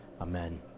Amen